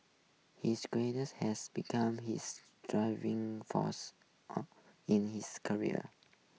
his has become his driving force on in his career